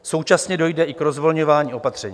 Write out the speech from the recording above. Současně dojde i k rozvolňování opatření.